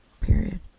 period